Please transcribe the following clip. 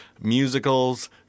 musicals